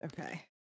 Okay